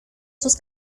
sus